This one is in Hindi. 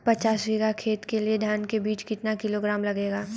पाँच बीघा खेत के लिये धान का बीज कितना किलोग्राम लगेगा?